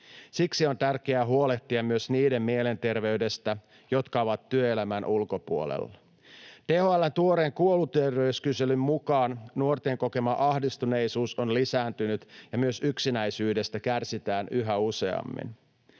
Siksi on tärkeää huolehtia myös niiden mielenterveydestä, jotka ovat työelämän ulkopuolella. THL:n tuoreen kouluterveyskyselyn mukaan nuorten kokema ahdistuneisuus on lisääntynyt ja myös yksinäisyydestä kärsitään yhä useammin.